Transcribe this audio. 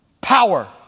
Power